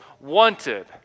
wanted